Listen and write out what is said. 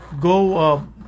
Go